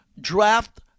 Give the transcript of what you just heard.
draft